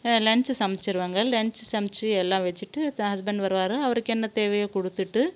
lunch சமைச்சுருவங்க lunch சமைத்து எல்லாம் வச்சுட்டு ஹஸ்பண்ட் வருவார் அவருக்கு என்ன தேவையோ கொடுத்துட்டு